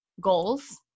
goals